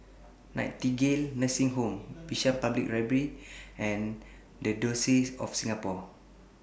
Nightingale Nursing Home Bishan Public Library and The Diocese of Singapore